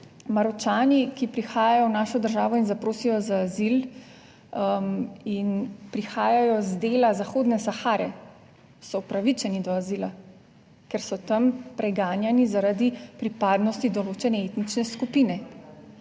Maročani, ki prihajajo v našo državo in zaprosijo za azil in prihajajo z dela Zahodne Sahare, so upravičeni do azila, ker so tam preganjani zaradi pripadnosti določene etnične skupine,